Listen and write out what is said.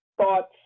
thoughts